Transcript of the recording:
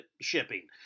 shipping